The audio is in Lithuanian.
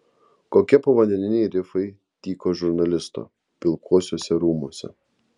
kokie povandeniniai rifai tyko žurnalisto pilkuosiuose rūmuose